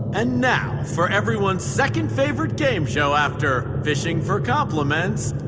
and now for everyone's second-favorite game show after fishing for compliments,